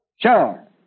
sure